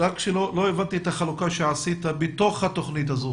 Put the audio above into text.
לא הבנתי את החלוקה שעשית בתוך התוכנית הזו,